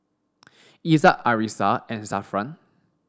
Izzat Arissa and Zafran